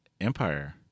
Empire